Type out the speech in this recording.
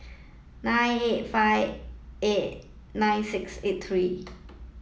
nine eight five eight nine six eight three